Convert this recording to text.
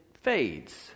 fades